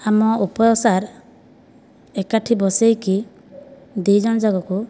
ଆମ ଉପର ସାର୍ ଏକାଠି ବସେଇକି ଦୁଇଜଣ ଯାକକୁ